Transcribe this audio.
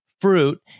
fruit